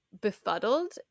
befuddled